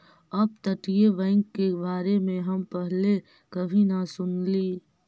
अपतटीय बैंक के बारे में हम पहले कभी न सुनली